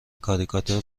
کاریکاتور